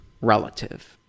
relative